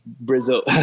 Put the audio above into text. Brazil